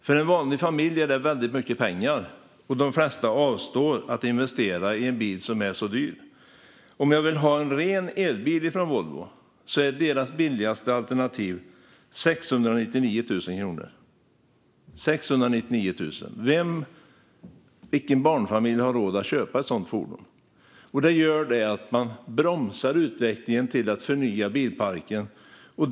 För en vanlig familj är det väldigt mycket pengar, och de flesta avstår från att investera i en bil som är så dyr. Om jag vill ha en ren elbil från Volvo kostar det billigaste alternativet 699 000 kronor. Vilken barnfamilj har råd att köpa ett sådant fordon? Detta innebär att utvecklingen för att förnya bilparken bromsas.